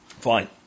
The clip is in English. fine